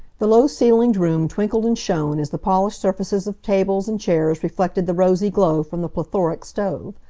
the low-ceilinged room twinkled and shone as the polished surfaces of tables and chairs reflected the rosy glow from the plethoric stove.